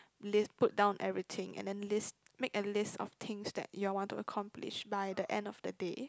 list put down everything and then list make a list of things that you all want to accomplish by the end of the day